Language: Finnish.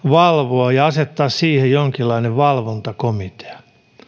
valvoa ja asettaa siihen jonkinlainen valvontakomitea